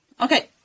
Okay